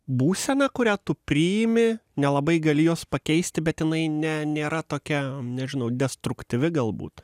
būsena kurią tu priimi nelabai gali jos pakeisti bet jinai ne nėra tokia nežinau destruktyvi galbūt